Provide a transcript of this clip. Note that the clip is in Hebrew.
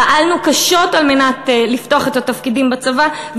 פעלנו קשות על מנת לפתוח את התפקידים בצבא,